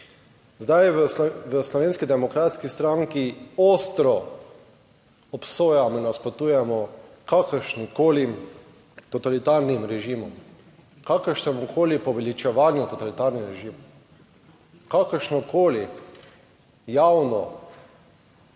V Slovenski demokratski stranki ostro obsojamo in nasprotujemo kakršnimkoli totalitarnim režimom, kakršnemukoli poveličevanju totalitarnih režimov, kakršnokoli javno